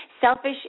selfish